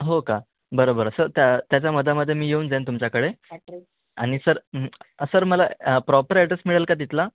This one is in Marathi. हो का बरं बरं सर त्या त्याच्या मधामध्ये मी येऊन जाईन तुमच्याकडे आणि सर सर मला प्रॉपर ॲड्रेस मिळेल का तिथला